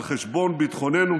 על חשבון ביטחוננו,